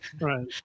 right